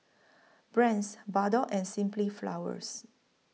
Brand's Bardot and Simply Flowers